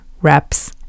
reps